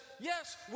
yes